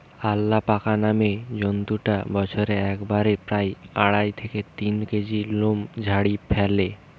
alpaca নামের জন্তুটা বছরে একবারে প্রায় আড়াই থেকে তিন কেজি লোম ঝাড়ি ফ্যালে